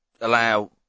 Allow